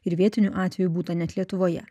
ir vietinių atvejų būta net lietuvoje